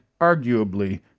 arguably